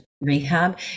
rehab